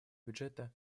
бюджета